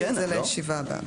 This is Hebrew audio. ונביא את זה לישיבה הבאה.